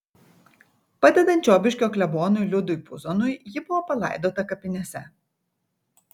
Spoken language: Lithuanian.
padedant čiobiškio klebonui liudui puzonui ji buvo palaidota kapinėse